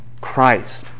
Christ